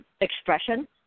expression